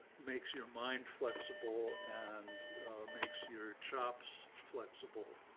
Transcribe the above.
makes your mind flexible, and makes your chops flexible.